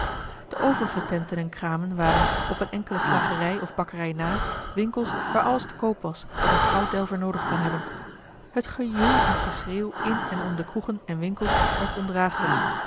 de overige tenten en kramen waren op eene enkele slagerij of bakkerij na winkels waar alles te koop was wat een gouddelver noodig kan hebben t gejoel en geschreeuw in en om de kroegen en winkels werd